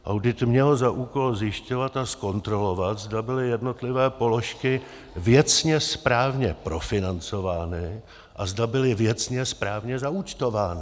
Audit měl za úkol zjišťovat a zkontrolovat, zda byly jednotlivé položky věcně správně profinancovány a zda byly věcně správně zaúčtovány.